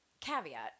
caveat